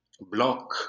block